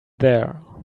there